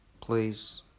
please